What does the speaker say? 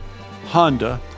Honda